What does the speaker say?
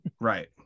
Right